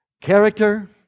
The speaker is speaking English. Character